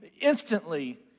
instantly